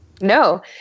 No